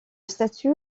statut